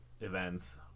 events